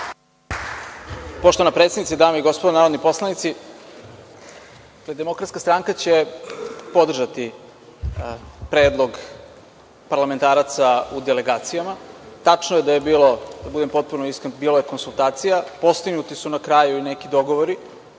Poštovana predsednice, dame i gospodo narodni poslanici, DS će podržati predlog parlamentaraca u delegacijama. Tačno je da je bilo, da budem potpuno iskren, bilo je konsultacija, postignuti su na kraju i neki dogovori